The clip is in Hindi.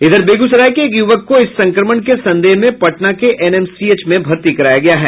इधर बेगूसराय के एक युवक को इस संक्रमण के संदेह में पटना के एनएमसीएच में भर्ती कराया गया है